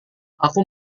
aku